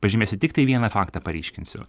pažymėsiu tiktai vieną faktą paryškinsiu